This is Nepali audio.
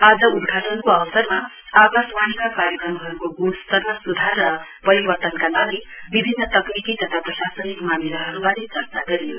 आज उद्घाटनको अवसरमा आकाशवाणीका कार्यक्रमहरुको गुणस्तरमा सुधार र परिवर्तनका लागि विभिन्न तकनिकी तथा प्रशासनिक मामिलाहरुवारे चर्चा गरियो